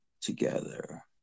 together